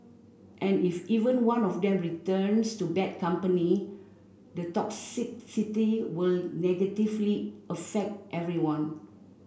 and if even one of them returns to bad company the toxicity will negatively affect everyone